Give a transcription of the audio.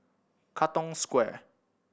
Katong Square